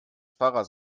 pfarrers